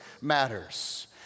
matters